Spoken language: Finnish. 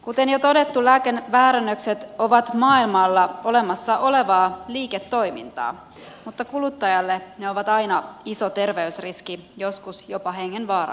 kuten jo on todettu lääkeväärennökset ovat maailmalla olemassa olevaa liiketoimintaa mutta kuluttajalle ne ovat aina iso terveysriski joskus jopa hengenvaarallisia